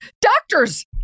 Doctors